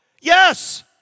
Yes